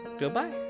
goodbye